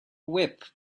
whip